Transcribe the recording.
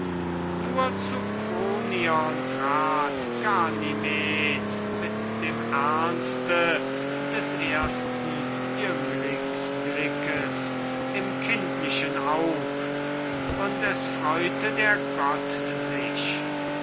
nur zu kronion trat ganymed mit dem ernste des ersten jünglingsblickes im kindlichen aug und es freute der gott sich